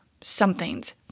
somethings